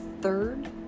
third